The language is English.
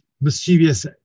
mischievous